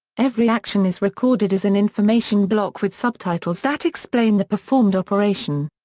every action is recorded as an information block with subtitles that explain the performed operation.